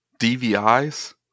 DVIs